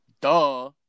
Duh